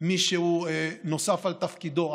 מישהו שנוסף על תפקידו,